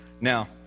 Now